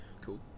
Cool